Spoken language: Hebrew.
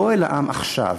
בוא אל העם עכשיו,